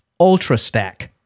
UltraStack